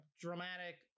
dramatic